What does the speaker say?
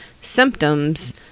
symptoms